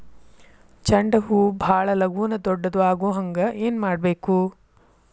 ಚಂಡ ಹೂ ಭಾಳ ಲಗೂನ ದೊಡ್ಡದು ಆಗುಹಂಗ್ ಏನ್ ಮಾಡ್ಬೇಕು?